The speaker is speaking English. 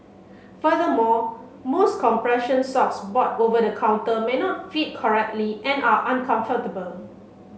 furthermore most compression socks bought over the counter may not fit correctly and are uncomfortable